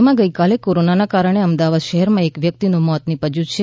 રાજયમાં ગઇકાલે કોરોનાને કારણે અમદાવાદ શહેરમાં એક વ્યકિતનું મોત નિપજયું છે